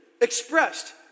expressed